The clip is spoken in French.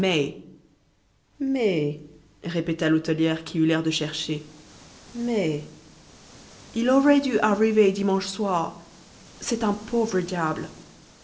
mai mai répéta l'hôtelière qui eut l'air de chercher mai il aurait dû arriver dimanche soir c'est un pauvre diable